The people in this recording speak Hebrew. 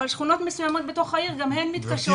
אבל שכונות מסוימות בתוך העיר גם הן מתקשות.